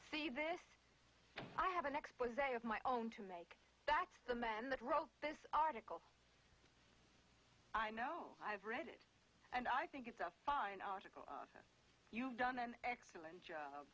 see this i have an expos of my own to make that's the man that wrote this article i know i've read it and i think it's a fine article you've done an excellent job